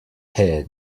here